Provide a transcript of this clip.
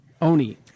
Oni